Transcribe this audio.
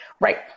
right